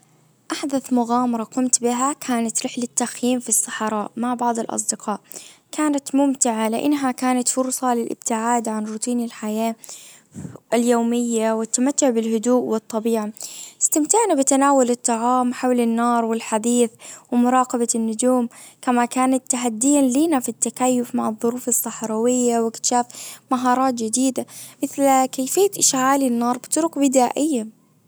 احدث مغامرة قمت بها كانت رحلة تخيم في الصحراء مع بعض الاصدقاء. كانت ممتعة لانها كانت فرصة للابتعاد عن روتين الحياة. اليومية والتمتع بالهدوء والطبيعة. استمتعنا بتناول الطعام حول النار والحديث. ومراقبة النجوم. كما كانت تحديا لينا في التكيف مع الظروف الصحراوية واكتشاف مهارات جديدة مثل كيفية اشعال النار بطرق بدائية.